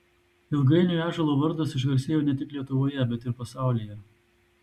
ilgainiui ąžuolo vardas išgarsėjo ne tik lietuvoje bet ir pasaulyje